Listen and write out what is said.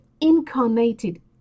incarnated